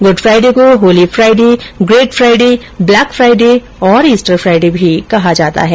good Friday को Holy Friday Great Friday Black Friday और Easter Friday भी कहा जाता है